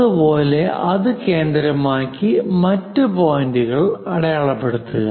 അതുപോലെ അത് കേന്ദ്രമാക്കി മറ്റു പോയിന്ററുകൾ അടയാളപ്പെടുത്തുക